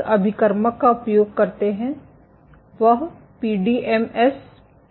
अभिकर्मक का उपयोग करते हैं वह पीडीएमएस है